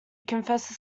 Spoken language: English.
confesses